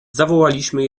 zawołaliśmy